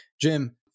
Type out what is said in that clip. Jim